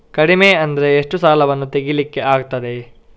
ಕಡಿಮೆ ಅಂದರೆ ಎಷ್ಟು ಸಾಲವನ್ನು ತೆಗಿಲಿಕ್ಕೆ ಆಗ್ತದೆ?